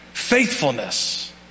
faithfulness